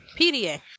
PDA